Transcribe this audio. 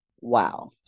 Wow